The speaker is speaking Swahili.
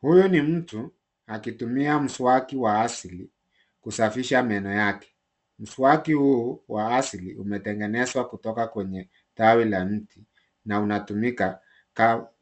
Huyu ni mtu akitumia mswaki wa asili kusafisha meno yake. Maswaki huu wa asili umetengenezwa kutoka kwenye tawi la mti na unatumika